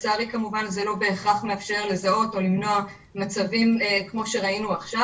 לצערי כמובן זה לא בהכרח מאפשר לזהות או למנוע מצבים כמו שראינו עכשיו.